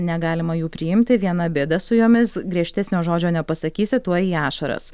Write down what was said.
negalima jų priimti viena bėda su jomis griežtesnio žodžio nepasakysi tuoj į ašaras